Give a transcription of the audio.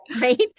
right